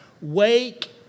Wake